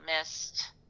missed